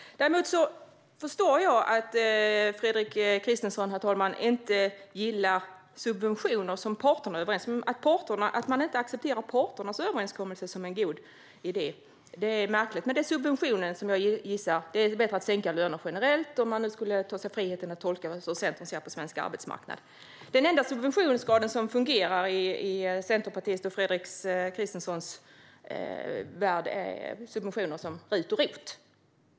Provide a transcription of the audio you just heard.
Däremot förstår jag, herr talman, att Fredrik Christensson inte gillar de subventioner som parterna är överens om. Att man inte accepterar parternas överenskommelse som en god idé är märkligt, men jag gissar att det beror på att det är fråga om subventioner. Det är bättre att sänka löner generellt, om man nu skulle ta sig friheten att tolka hur Centern ser på svensk arbetsmarknad. De enda subventioner som fungerar i Centerpartiets och Fredrik Christenssons värld är sådana som RUT och ROT.